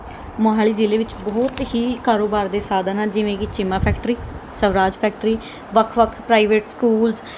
ਮੋਹਾਲੀ ਜ਼ਿਲ੍ਹੇ ਵਿੱਚ ਬਹੁਤ ਹੀ ਕਾਰੋਬਾਰ ਦੇ ਸਾਧਨ ਆ ਜਿਵੇਂ ਕਿ ਚੀਮਾ ਫੈਕਟਰੀ ਸਵਰਾਜ ਫੈਕਟਰੀ ਵੱਖ ਵੱਖ ਪ੍ਰਾਈਵੇਟ ਸਕੂਲਸ